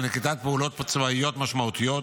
על נקיטת פעולות צבאיות משמעותיות,